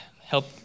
help